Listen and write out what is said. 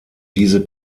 diese